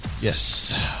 Yes